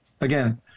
again